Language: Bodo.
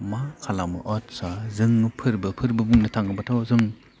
मा खालामो आदसा जों फोरबो फोरबो बुंनो थाङोब्लाथ' जों